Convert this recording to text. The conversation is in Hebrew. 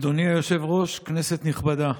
אדוני היושב-ראש, כנסת נכבדה,